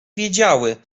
wiedziały